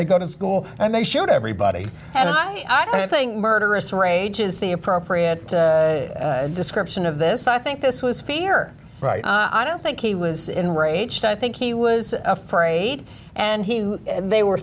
they go to school and they shoot everybody and i don't think murderous rage is the appropriate description of this i think this was fear right i don't think he was enraged i think he was afraid and he knew they were